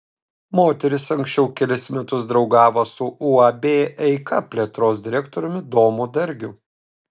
moteris anksčiau kelis metus draugavo su uab eika plėtros direktoriumi domu dargiu